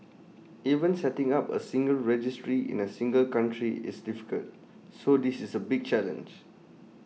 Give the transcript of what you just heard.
even setting up A single registry in A single country is difficult so this is A big challenge